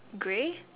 grey